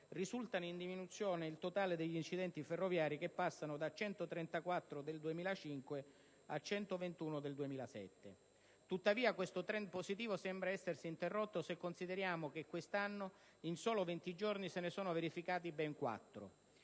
risulta in diminuzione il totale degli incidenti ferroviari, che passa dai 134 incidenti del 2005 ai 121 del 2007. Tuttavia, questo *trend* positivo sembra essersi interrotto, se consideriamo che quest'anno, in soli venti giorni, se ne sono verificati ben